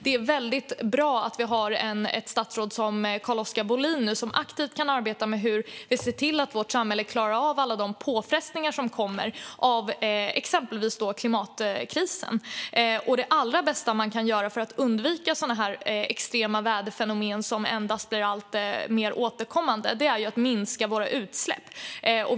Det är väldigt bra att vi har ett statsråd som Carl-Oskar Bohlin som aktivt kan arbeta med hur vi ser till att vårt samhälle klarar av alla de påfrestningar som kommer av exempelvis klimatkrisen. Det allra bästa man kan göra för att undvika sådana här extrema väderfenomen, som blir alltmer återkommande, är ju att minska utsläppen.